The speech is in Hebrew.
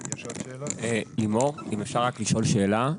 לימור, שאלה.